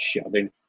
shoving